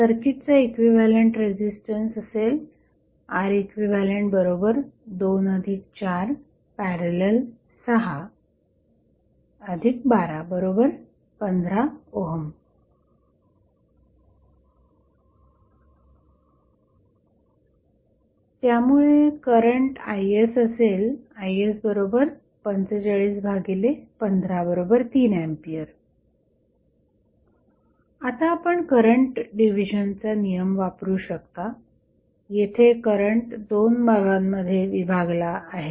सर्किटचा equivalent resistance असेल Req24।।61215 त्यामुळे करंट Is असेल Is45153A आता आपण करंट डिव्हिजन चा नियम वापरू शकता येथे करंट दोन भागांमध्ये विभागला आहे